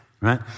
Right